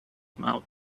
mouth